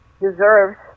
deserves